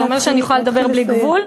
זה אומר שאני יכולה לדבר בלי גבול?